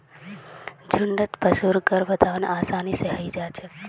झुण्डत पशुर गर्भाधान आसानी स हई जा छेक